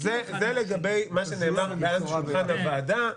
זה לגבי מה שנאמר מעל שולחן הוועדה,